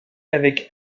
avec